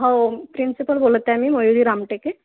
हो प्रिन्सिपल बोलत आहे मी मयुरी रामटेके